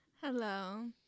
Hello